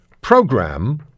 program